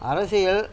அரசியல்